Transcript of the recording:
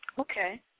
Okay